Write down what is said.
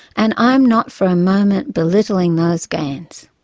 and i'm not for a moment belittling those gains.